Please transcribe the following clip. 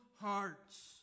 hearts